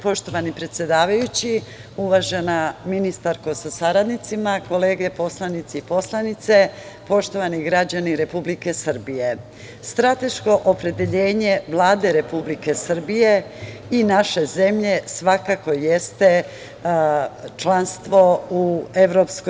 Poštovani predsedavajući, uvažena ministarsko sa saradnicima, kolege poslanici i poslanice, poštovani građani Republike Srbije, strateško opredeljenje Vlade Republike Srbije i naše zemlje, svakako jeste članstvo u EU.